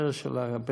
הרס של בית-החולים,